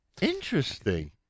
Interesting